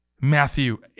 Matthew